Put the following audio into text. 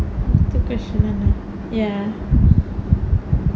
அடுத்த:adutha question ya